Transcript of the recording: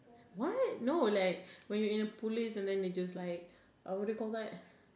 what no like when you're in the police and they just like what do you call that